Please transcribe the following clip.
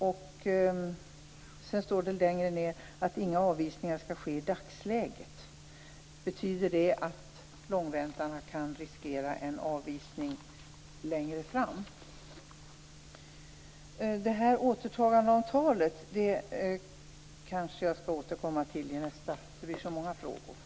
Längre ned står det att inga avvisningar skall ske i dagsläget. Betyder det att långväntarna kan riskera en avvisning längre fram? Det här återtagandeavtalet kanske jag skall återkomma till i mitt nästa anförande. Det blir så många frågor annars.